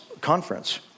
conference